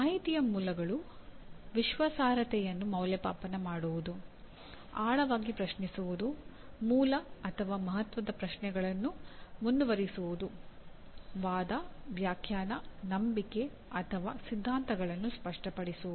ಮಾಹಿತಿಯ ಮೂಲಗಳ ವಿಶ್ವಾಸಾರ್ಹತೆಯನ್ನು ಮೌಲ್ಯಮಾಪನ ಮಾಡುವುದು ಆಳವಾಗಿ ಪ್ರಶ್ನಿಸುವುದು ಮೂಲ ಅಥವಾ ಮಹತ್ವದ ಪ್ರಶ್ನೆಗಳನ್ನು ಮುಂದುವರಿಸುವುದು ವಾದ ವ್ಯಾಖ್ಯಾನ ನಂಬಿಕೆ ಅಥವಾ ಸಿದ್ಧಾಂತಗಳನ್ನು ಸ್ಪಷ್ಟಪಡಿಸುವುದು